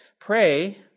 Pray